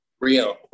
Real